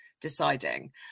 deciding